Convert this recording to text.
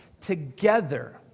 together